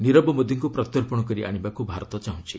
ନିରବ ମୋଦୀଙ୍କୁ ପ୍ରତ୍ୟର୍ପଣ କରି ଆଶିବାକୁ ଭାରତ ଚାହୁଁଛି